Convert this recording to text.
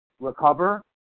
recover